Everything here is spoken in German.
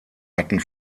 hatten